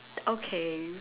okay